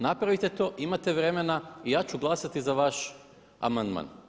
Napravite to, imate vremena i ja ću glasati za vaš amandman.